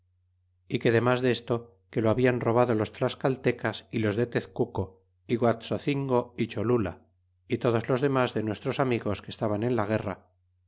é que demas desto que lo hablan robado los tlascaltecas y los de tezcuco y guaxocingo y cholula y todos los demas de nuestros amigos que estaban en la guerra